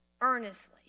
earnestly